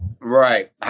Right